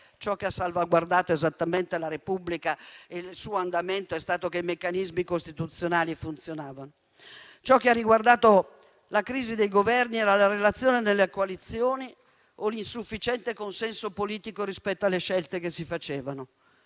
ciò che ha salvaguardato esattamente la Repubblica e il suo andamento è stato che i meccanismi costituzionali funzionavano. Ciò che ha causato le crisi dei Governi era la relazione nelle coalizioni o l'insufficiente consenso politico rispetto alle scelte che si facevano.